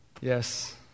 Yes